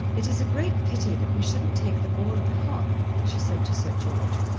it is a great pity that we shouldn't take the ball at the hop, she said to sir george.